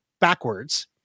backwards